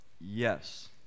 Yes